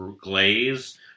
glaze